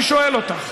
אני שואל אותך.